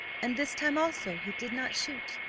and this time also he did not shoot.